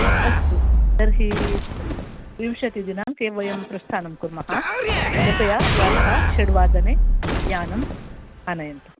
अस्तु तर्हि विंशतिदिनाङ्के वयं प्रस्थानं कुर्मः कृपया प्रातः षड्वादने यानम् आनयन्तु